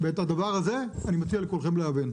ואת הדבר הזה אני מציע לכולכם להבין.